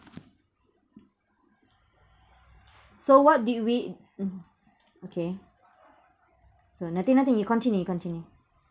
so what did we okay so nothing nothing you continue you continue